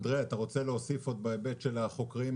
אנדריי, אתה רוצה להוסיף עוד בהיבט של החוקרים?